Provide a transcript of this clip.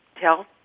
tell